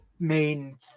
main